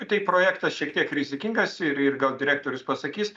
tai projektas šiek tiek rizikingas ir ir gal direktorius pasakys